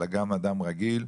אלא גם אדם רגיל,